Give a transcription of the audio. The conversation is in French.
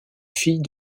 fille